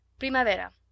Primavera